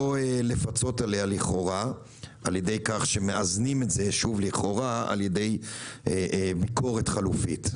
לא לפצות עליה לכאורה על ידי כך שמאזנים את זה ביקורת חלופית.